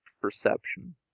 perception